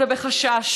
בבקשה.